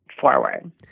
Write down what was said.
forward